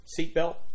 seatbelt